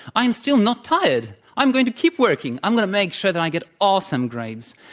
i'm still not tired. i'm going to keep working. i'm going to make sure that i get awesome grades.